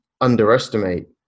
underestimate